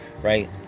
Right